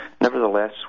Nevertheless